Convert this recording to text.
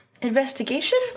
investigation